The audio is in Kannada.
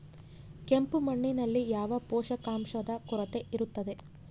ಕೆಂಪು ಮಣ್ಣಿನಲ್ಲಿ ಯಾವ ಪೋಷಕಾಂಶದ ಕೊರತೆ ಇರುತ್ತದೆ?